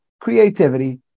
creativity